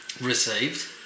received